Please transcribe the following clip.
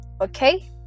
Okay